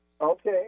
Okay